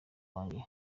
wanjye